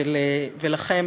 ולכם,